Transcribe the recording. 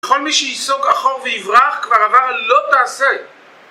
כל מי שיסוג אחור ויברח כבר עבר לא תעשה